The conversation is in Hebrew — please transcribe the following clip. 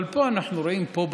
אבל אנחנו רואים פה,